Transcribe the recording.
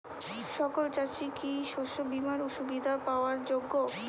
সকল চাষি কি শস্য বিমার সুবিধা পাওয়ার যোগ্য?